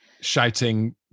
Shouting